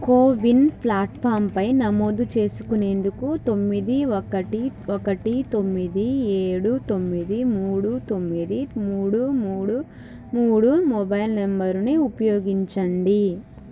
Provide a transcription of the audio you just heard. CoWIN ప్లాట్ఫార్మ్పై నమోదు చేసుకునేందుకు తొమ్మిది ఒకటి ఒకటి తొమ్మిది ఏడు తొమ్మిది మూడు తొమ్మిది మూడు మూడు మూడు మొబైల్ నంబరుని ఉపయోగించండి